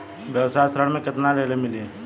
व्यवसाय ऋण केतना ले मिली?